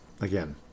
again